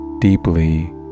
deeply